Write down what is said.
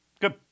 Good